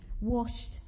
washed